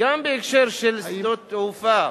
וגם בהקשר של שדות תעופה.